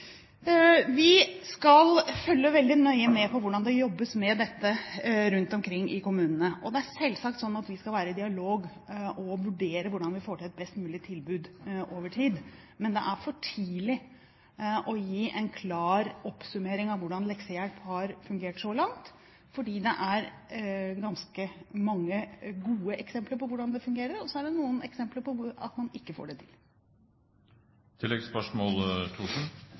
Vi skal følge veldig nøye med på hvordan det jobbes med dette rundt omkring i kommunene, og vi skal selvsagt ha en dialog og vurdere hvordan vi kan få til et best mulig tilbud over tid. Men det er for tidlig å gi en klar oppsummering av hvordan leksehjelp har fungert så langt. Det er ganske mange eksempler på hvordan det fungerer godt, og så er det noen eksempler på at man ikke får det